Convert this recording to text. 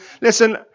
Listen